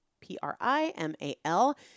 P-R-I-M-A-L